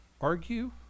argue